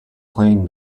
plane